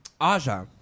Aja